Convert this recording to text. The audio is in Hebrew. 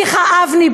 מיכה אבני,